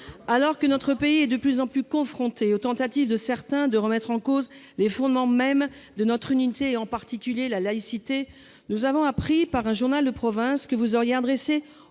Alors que notre pays est de plus en plus confronté aux tentatives de certains de remettre en cause les fondements mêmes de notre unité, en particulier la laïcité, nous avons appris par un journal de province, monsieur le